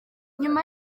nyuma